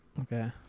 Okay